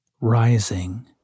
rising